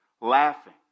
laughing